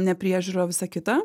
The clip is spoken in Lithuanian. nepriežiūrą visą kitą